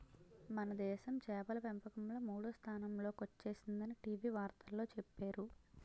మనదేశం చేపల పెంపకంలో మూడో స్థానంలో కొచ్చేసిందని టీ.వి వార్తల్లో చెప్పేరు